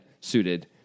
suited